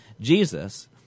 Jesus